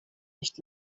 nicht